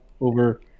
over